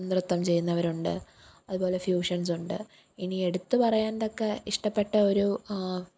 നൃത്തം ചെയ്യുന്നവരുണ്ട് അതുപോലെ ഫ്യൂഷന്സുണ്ട് ഇനി എടുത്തുപറയാന് തക്ക ഇഷ്ടപ്പെട്ട ഒരു